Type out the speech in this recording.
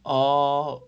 oh